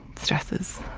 stresses.